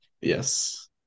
Yes